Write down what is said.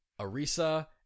Arisa